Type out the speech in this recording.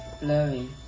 blurry